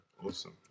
Awesome